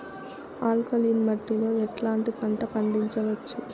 Alkaline మట్టి లో ఎట్లాంటి పంట పండించవచ్చు,?